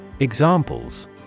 Examples